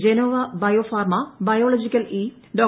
Genoa biopharma biological E Dr